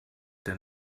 der